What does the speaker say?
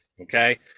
okay